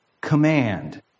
command